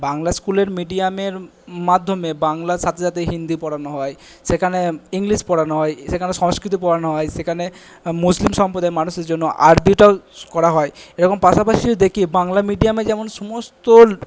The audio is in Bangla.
বাংলা স্কুলের মিডিয়ামের মাধ্যমে বাংলার সাথে সাথে হিন্দি পড়ানো হয় সেখানে ইংলিশ পড়ানো হয় সেখানে সংস্কৃত পড়ানো হয় সেখানে মুসলিম সম্প্রদায়ের মানুষের জন্য আরবিটাও করা হয় এরকম পাশাপাশিই দেখি বাংলা মিডিয়ামে যেমন সমস্ত